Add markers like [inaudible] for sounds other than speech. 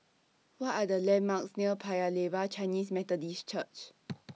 What Are The landmarks near Paya Lebar Chinese Methodist Church [noise]